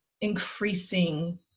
increasing